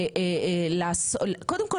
קודם כל,